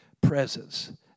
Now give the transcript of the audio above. Presence